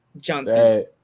Johnson